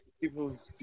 People